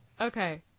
Okay